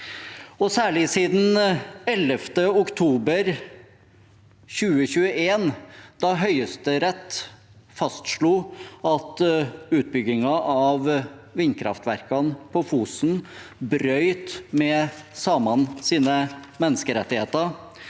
Særlig siden 11. oktober 2021, da Høyesterett fastslo at utbyggingen av vindkraftverkene på Fosen bryter med samenes menneskerettigheter,